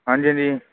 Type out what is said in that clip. ਹਾਂਜੀ ਹਾਂਜੀ